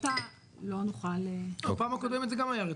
שהיא החלטה לא נוכל --- בפעם הקודמת זה גם היה רטרואקטיבי.